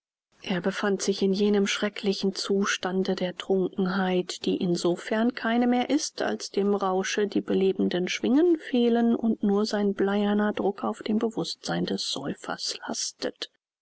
er befand sich in jenem schrecklichen zustande der trunkenheit die in sofern keine mehr ist als dem rausche die belebenden schwingen fehlen und nur sein bleierner druck auf dem bewußtsein des säufers lastet